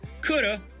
coulda